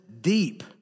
deep